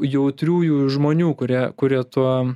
jautriųjų žmonių kurie kurie tuo